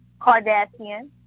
Kardashian